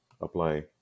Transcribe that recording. apply